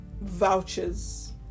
vouchers